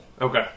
Okay